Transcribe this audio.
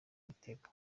mitego